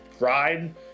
ride